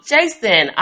Jason